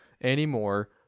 anymore